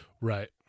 Right